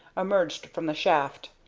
emerged from the shaft,